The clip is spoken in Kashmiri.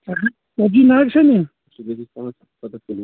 ژَتجی ژتجی نگ چھا نِنۍ